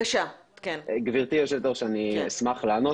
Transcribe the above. גברתי היושבת-ראש, אני אשמח לענות.